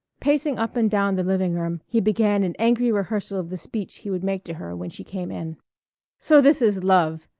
pacing up and down the living room he began an angry rehearsal of the speech he would make to her when she came in so this is love!